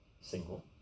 single